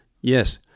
Yes